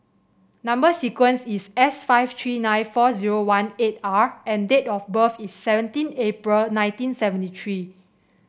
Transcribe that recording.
number sequence is S five three nine four zero one eight R and date of birth is seventeen April nineteen seventy three